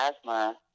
asthma